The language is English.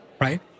right